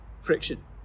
friction